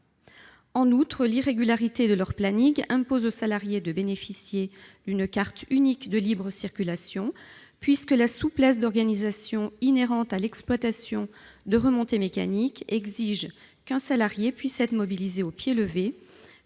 En outre, l'irrégularité de leurs plannings impose aux salariés de bénéficier d'une carte unique de libre circulation, puisque la souplesse d'organisation inhérente à l'exploitation de remontées mécaniques exige qu'un salarié puisse être mobilisé au pied levé